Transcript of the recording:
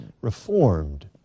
reformed